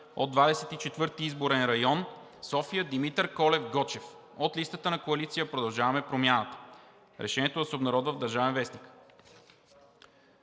четвърти изборен район – София, Димитър Колев Гочев, ЕГН ..., от листата на Коалиция „Продължаваме Промяната“. Решението да се обнародва в „Държавен вестник“.“